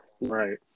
right